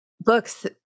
books